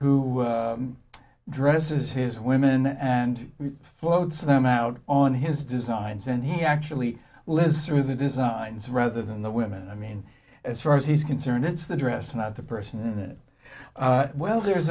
who dresses his women and floats them out on his designs and he actually lives through the designs rather than the women i mean as far as he's concerned it's the dress not the person that well there's